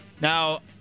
Now